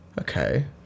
Okay